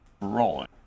Rolling